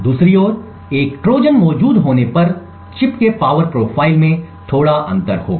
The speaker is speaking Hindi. दूसरी ओर एक ट्रोजन मौजूद होने पर चिप के पावर प्रोफाइल में थोड़ा अंतर होगा